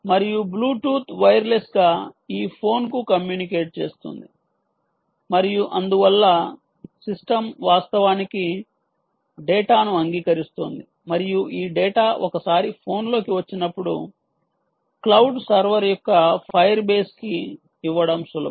మరియు బ్లూటూత్ వైర్లెస్గా ఈ ఫోన్కు కమ్యూనికేట్ చేస్తోంది మరియు అందువల్ల సిస్టమ్ వాస్తవానికి డేటాను అంగీకరిస్తోంది మరియు ఈ డేటా ఒకసారి ఫోన్లోకి వచ్చినప్పుడు క్లౌడ్ సర్వర్ యొక్క ఫైర్ బేస్ కి ఇవ్వడం సులభం